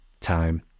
time